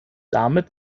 damit